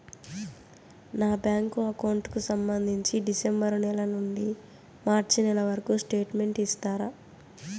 నా bank account కు సంబంధించి డిసెంబరు నెల నుండి మార్చి నెలవరకు స్టేట్మెంట్ ఇస్తారా?